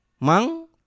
mang